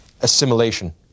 assimilation